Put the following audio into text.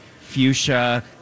fuchsia